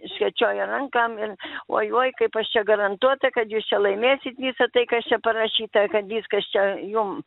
skėčioja rankom ir oi oi kaip aš čia garantuota kad jūs čia laimėsit visa tai kas čia parašyta kad viskas čia jum